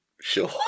Sure